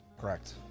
Correct